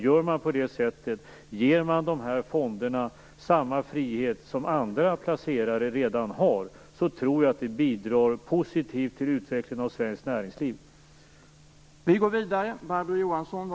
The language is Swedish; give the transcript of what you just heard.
Gör man på det sättet - ger man dessa fonder samma frihet som andra placerare redan har - tror jag att det bidrar positivt till utvecklingen av svenskt näringsliv.